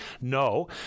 no